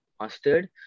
Mustard